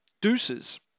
Deuces